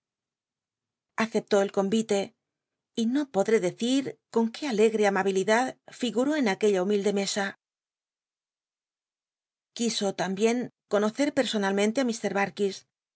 aleaceptó el convite y no podté decir con c gtc amabilidad figutó en aquella humilde mesa quiso tambien conoce personalmente